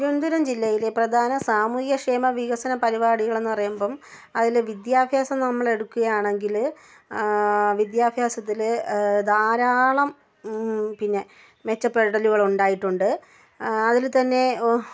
തിരുവനന്തപുരം ജില്ലയിലെ പ്രധാന സാമൂഹിക ക്ഷേമ വികസന പരിപാടികൾ എന്ന് പറയുമ്പം അതിൽ വിദ്യാഭ്യാസം നമ്മൾ എടുക്കുകയാണെങ്കിൽ വിദ്യാഭ്യാസത്തിൽ ധാരാളം പിന്നെ മെച്ചപ്പെടലുകളുണ്ടായിട്ടുണ്ട് അതിൽ തന്നെ